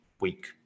week